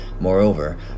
Moreover